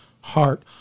heart